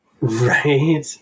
Right